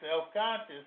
self-conscious